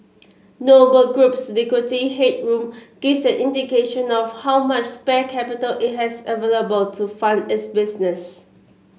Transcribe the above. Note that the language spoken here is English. Noble Group's liquidity headroom gives an indication of how much spare capital it has available to fund its business